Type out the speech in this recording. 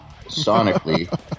sonically